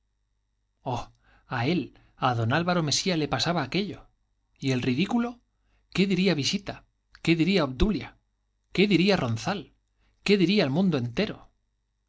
a él a don álvaro mesía le pasaba aquello y el ridículo qué diría visita qué diría obdulia qué diría ronzal qué diría el mundo entero